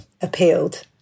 appealed